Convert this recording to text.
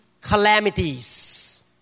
calamities